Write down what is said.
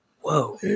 Whoa